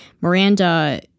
Miranda